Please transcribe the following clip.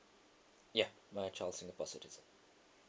yeah my child's singapore citizen